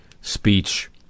speech